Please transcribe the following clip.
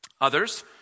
Others